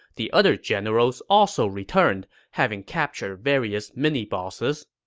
the other generals also returned, having captured various mini-bosses.